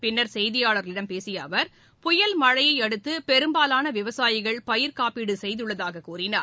பின்னா் செய்தியாள்களிடம் பேசிய அவா் புயல் மழையை அடுத்து பெரும்பாலான விவசாயிகள் பயிா்க்காப்பீடு செய்துள்ளதாகக் கூறினார்